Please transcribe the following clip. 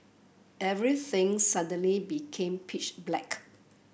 everything suddenly became pitch black